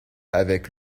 avec